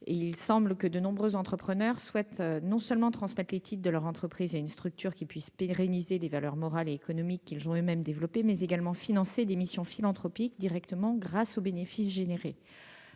Il semble que de nombreux entrepreneurs souhaitent non seulement transmettre les titres de leur entreprise à une structure qui pérennise les valeurs morales et économiques qu'ils ont développées, mais également financer des missions philanthropiques de manière directe, grâce aux bénéfices produits.